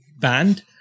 band